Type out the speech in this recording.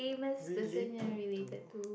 related to